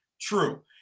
true